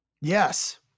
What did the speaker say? Yes